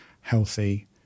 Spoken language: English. healthy